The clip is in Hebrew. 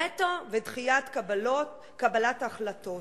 וטו ודחיית קבלת החלטות.